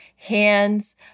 Hands